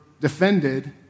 defended